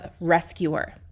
rescuer